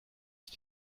ist